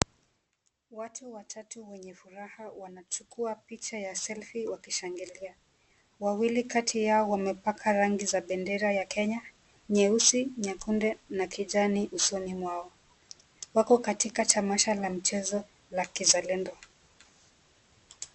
Watu watatu wenye furaha wanachukua picha ya selfie wakishangilia. Wawili Kati yao wamepaka rangi za bendera ya Kenya nyeusi, nyekundu na kijani usoni mwao. Wapo katika tamasha la mchezo la kizalendo.